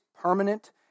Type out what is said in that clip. permanent